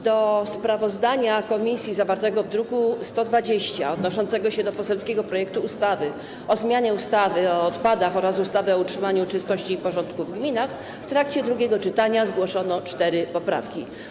Do sprawozdania komisji zawartego w druku nr 120, odnoszącego się do poselskiego projektu ustawy o zmianie ustawy o odpadach oraz ustawy o utrzymaniu czystości i porządku w gminach, w trakcie drugiego czytania zgłoszono cztery poprawki.